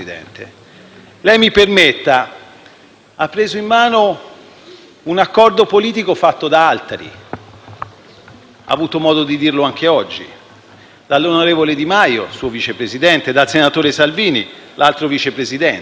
Lei - mi permetta - ha preso in mano un accordo politico fatto da altri, come ha avuto modo di dire anche oggi: dall'onorevole Di Maio, suo Vice Presidente, e dal senatore Salvini, l'altro Vice Presidente.